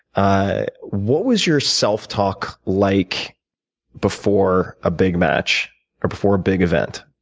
ah what was your self-talk like before a big match or before a big event?